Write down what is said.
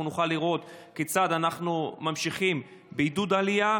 נוכל לראות כיצד אנחנו ממשיכים בעידוד עלייה,